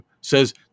says